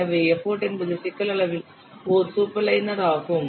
எனவே எப்போட் என்பது சிக்கலான அளவில் ஓரளவு சூப்பர்லைனர் ஆகும்